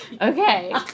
Okay